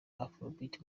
afrobeat